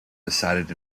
decided